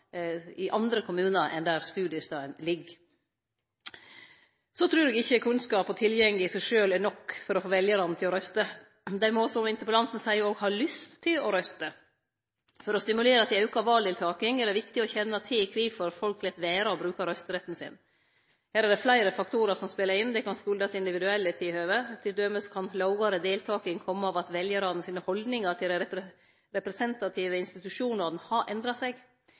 enn der studiestaden ligg. Eg trur ikkje kunnskap og tilgjenge i seg sjølv er nok for å få veljarane til å røyste, dei må, som interpellanten seier, òg ha lyst til å røyste. For å stimulere til auka valdeltaking er det viktig å kjenne til kvifor folk lèt vere å bruke røysteretten sin. Her er det fleire faktorar som spelar inn. Det kan kome av individuelle tilhøve. Til dømes kan lågare deltaking kome av at veljarane sine haldningar til dei representative institusjonane har endra seg.